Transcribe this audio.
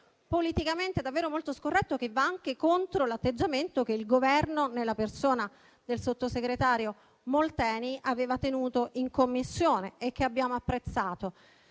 politicamente davvero molto scorretto, che va anche contro l'atteggiamento che il Governo, nella persona del sottosegretario Molteni, aveva tenuto in Commissione e che abbiamo apprezzato.